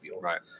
right